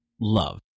love